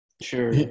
Sure